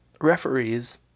Referees